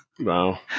Wow